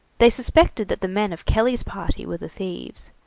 they suspected that the men of kelly's party were the thieves,